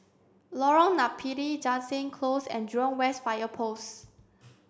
Lorong Napiri Jansen Close and Jurong West Fire Post